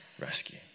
rescue